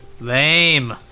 Lame